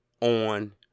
on